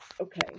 okay